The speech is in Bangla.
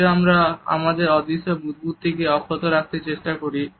যদিও আমরা আমাদের অদৃশ্য বুদবুদটিকে অক্ষত রাখতেও চেষ্টা করি